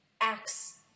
acts